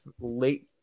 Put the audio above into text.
late